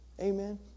Amen